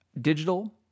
digital